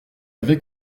avait